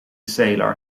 sailor